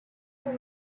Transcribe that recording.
sont